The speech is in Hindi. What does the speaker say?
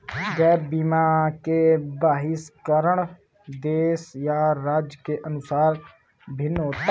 गैप बीमा के बहिष्करण देश या राज्य के अनुसार भिन्न होते हैं